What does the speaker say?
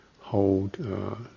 hold